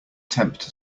tempt